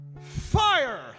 Fire